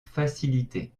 facilitées